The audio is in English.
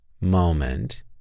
moment